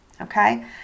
okay